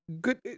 Good